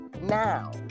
Now